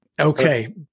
Okay